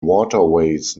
waterways